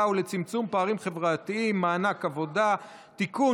ולצמצום פערים חברתיים (מענק עבודה) (תיקון,